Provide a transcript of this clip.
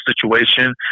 situation